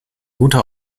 guter